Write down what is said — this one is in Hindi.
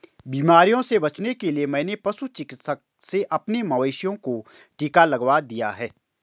बीमारियों से बचने के लिए मैंने पशु चिकित्सक से अपने मवेशियों को टिका लगवा दिया है